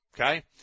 Okay